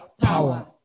power